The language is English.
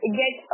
get